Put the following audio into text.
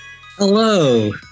Hello